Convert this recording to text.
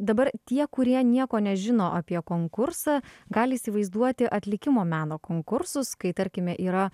dabar tie kurie nieko nežino apie konkursą gali įsivaizduoti atlikimo meno konkursus kai tarkime yra